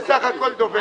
בואי, את בסך הכול דוברת.